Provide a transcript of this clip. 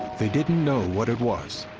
they didn't know what it was,